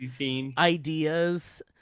ideas